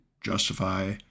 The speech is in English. justify